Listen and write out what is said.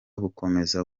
bukomeza